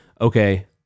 Okay